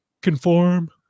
conform